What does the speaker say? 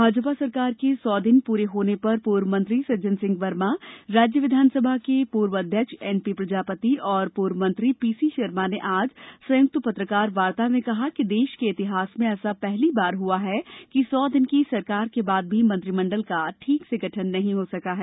भाजपा सरकार के सौ दिन पूरे होने पर पूर्व मंत्री सज्जन सिंह वर्मा राज्य विधानसभा के पूर्व अध्यक्ष एन पी प्रजापति और पूर्व मंत्री पी सी शर्मा ने आज संयुक्त पत्रकार वार्ता में कहा कि देश के इतिहास में ऐसा पहली बार हुआ है कि सौ दिन की सरकार के बाद भी मंत्रिमण्डल का ठीक से गठन नहीं हो सका है